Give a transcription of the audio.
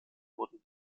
wurden